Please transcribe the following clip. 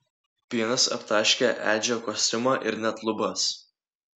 pienas aptaškė edžio kostiumą ir net lubas